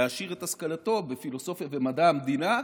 להעשיר את השכלתו בפילוסופיה ומדע המדינה,